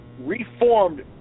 reformed